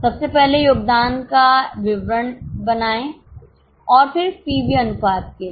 सबसे पहले योगदान का एक विवरण बनाएं और फिर पीवी अनुपात के लिए